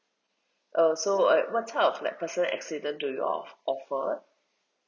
err so uh what type of like personal accident do you of~ offer